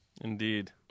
Indeed